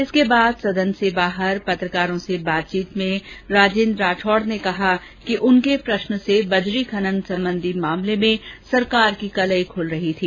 इसके बाद सदन के बाहर पत्रकारों से बातचीत में राजेन्द्र राठौड़ ने कहा कि उनके प्रष्न से बजरी खनन संबंधी मामले में सरकार की कलई खुल रही थी